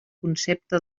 concepte